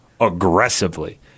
aggressively